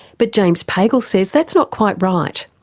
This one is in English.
but james pagel says that's not quite right,